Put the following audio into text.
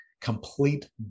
Complete